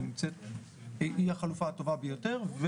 היא החלופה הטובה ביותר,